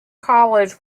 college